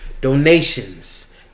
donations